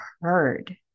heard